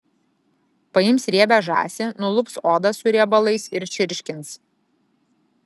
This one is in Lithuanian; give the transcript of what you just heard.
paims riebią žąsį nulups odą su riebalais ir čirškins